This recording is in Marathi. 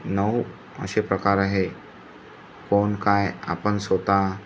नऊ असे प्रकार आहे कोण काय आपण स्वतः